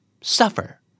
Suffer